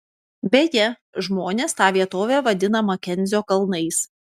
beje žmonės tą vietovę vadina makenzio kalnais